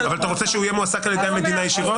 אבל אתה רוצה שהוא יהיה מועסק על ידי המדינה ישירות?